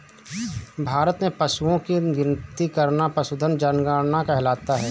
भारत में पशुओं की गिनती करना पशुधन जनगणना कहलाता है